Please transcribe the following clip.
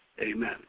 Amen